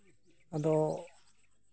ᱟᱫᱚ